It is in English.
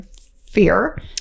fear